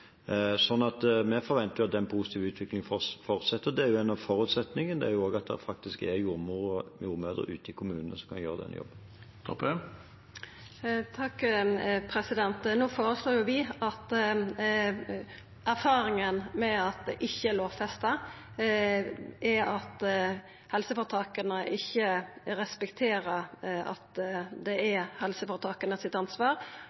Vi forventer at den positive utviklingen fortsetter. Det er en forutsetning at det også er jordmødre ute i kommunene som kan gjøre den jobben. Erfaringa med at det ikkje er lovfesta, som vi no føreslår, er at helseføretaka ikkje respekterer at det er ansvaret til helseføretaka, og ikkje minst er erfaringa at dei iallfall vegrar seg for å betala for det